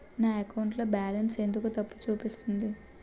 నా అకౌంట్ లో బాలన్స్ ఎందుకు తప్పు చూపిస్తుంది?